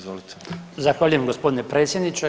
Zahvaljujem gospodine predsjedniče.